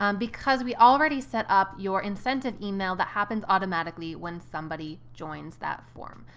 um because we already set up your incentive email that happens automatically when somebody joins that form.